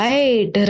Right